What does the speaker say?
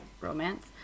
romance